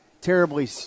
terribly